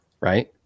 right